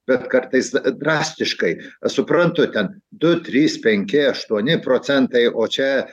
bet kartais drastiškai suprantu ten du trys penki aštuoni procentai o čia